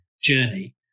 journey